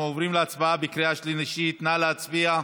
אנחנו עוברים להצבעה בקריאה שלישית, נא להצביע.